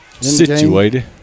situated